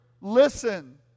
listen